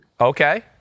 Okay